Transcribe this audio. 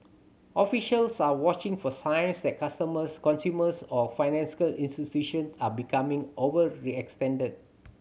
officials are watching for signs that customers consumers or institutions are becoming overextended